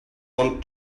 want